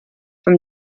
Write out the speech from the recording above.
from